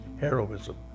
heroism